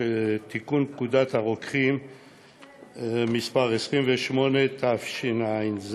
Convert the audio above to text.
לתיקון פקודת הרוקחים (מס' 28), התשע"ז